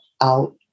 out